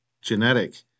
genetic